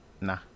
Nah